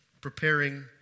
preparing